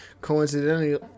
coincidentally